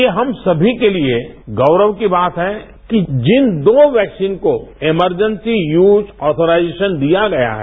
ये हम समी के लिए गौरव की बात है कि जिन दो वैक्सीन को एमरजैन्सी यूज ऑथराइजेशन दिया गया है